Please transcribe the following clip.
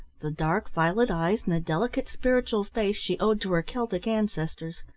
the dark violet eyes and the delicate spiritual face she owed to her celtic ancestors,